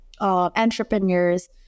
entrepreneurs